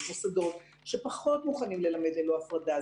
יש מוסדות שפחות מוכנים ללמד בהפרדה.